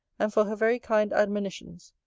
and for her very kind admonitions.